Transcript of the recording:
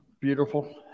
Beautiful